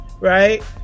right